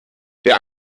der